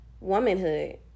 womanhood